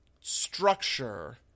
structure